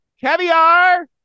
Caviar